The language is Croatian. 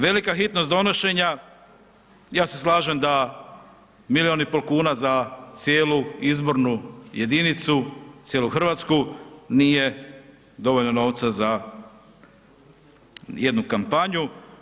Velika hitnost donošenja, ja se slažem da milijun i pol kuna za cijelu izbornu jedinicu, cijelu RH, nije dovoljno novca za jednu kampanju.